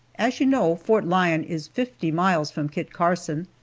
as you know, fort lyon is fifty miles from kit carson,